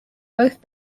both